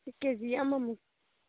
ꯀꯦ G ꯑꯃꯃꯨꯛ